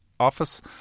Office